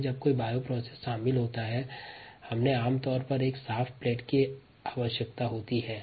किसी भी बायोप्रोसेस के लिए हमें आमतौर पर एक साफ स्लेट की आवश्यकता होती है